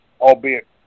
albeit